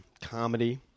comedy